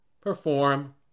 perform